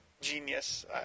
genius